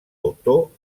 autor